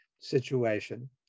situation